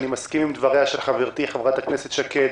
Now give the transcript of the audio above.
שאני מסכים עם דבריה של חברתי חברת הכנסת שקד.